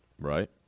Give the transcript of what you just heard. Right